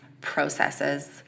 processes